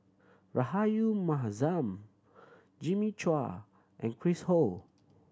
Rahayu Mahzam Jimmy Chua and Chris Ho